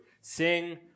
sing